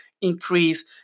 increase